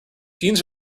jeans